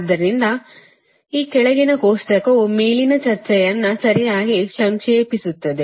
ಆದ್ದರಿಂದ ಈ ಕೆಳಗಿನ ಕೋಷ್ಟಕವು ಮೇಲಿನ ಚರ್ಚೆಯನ್ನು ಸರಿಯಾಗಿ ಸಂಕ್ಷೇಪಿಸುತ್ತದೆ